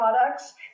products